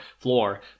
Floor